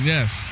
Yes